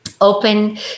open